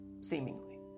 Seemingly